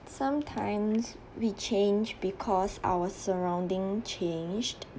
sometimes we change because our surrounding changed